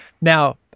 Now